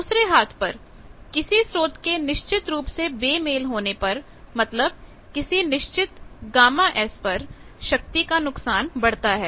दूसरे हाथ पर किसी स्रोत के निश्चित रूप से बेमेल होने पर मतलब किसी निश्चित γs पर शक्ति का नुकसान बढ़ता है